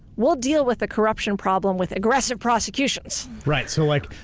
we'll deal with the corruption problem with aggressive prosecutions. right, so like,